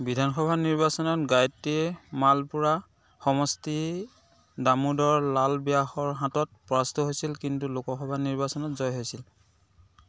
বিধানসভা নিৰ্বাচনত গায়ত্ৰীয়ে মালপুৰা সমষ্টিৰ দামোদৰ লাল ব্যাসৰ হাতত পৰাস্ত হৈছিল কিন্তু লোকসভা নিৰ্বাচনত জয়ী হৈছিল